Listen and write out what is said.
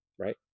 right